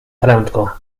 prędko